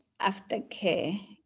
aftercare